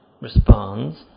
responds